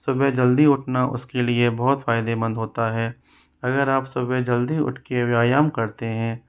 सुबह जल्दी उठना उसके लिए बहुत फायदेमंद होता है अगर आप सुबह जल्दी उठकर व्यायाम करते हैं